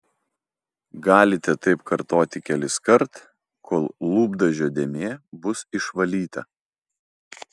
galite taip kartoti keliskart kol lūpdažio dėmė bus išvalyta